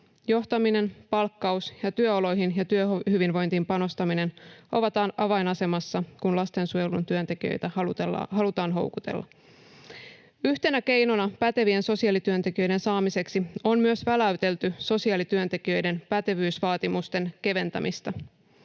Johtaminen, palkkaus ja työoloihin ja työhyvinvointiin panostaminen ovat avainasemassa, kun halutaan houkutella lastensuojelun työntekijöitä. Yhtenä keinona pätevien sosiaalityöntekijöiden saamiseksi on myös väläytelty sosiaalityöntekijöiden pätevyysvaatimusten keventämistä.